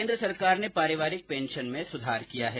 केन्द्र सरकार ने पारिवारिक पेंशन में सुधार किया है